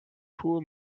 pull